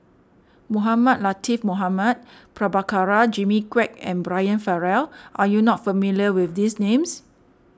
Mohamed Latiff Mohamed Prabhakara Jimmy Quek and Brian Farrell are you not familiar with these names